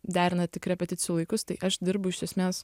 derina tik repeticijų laikus tai aš dirbu iš esmės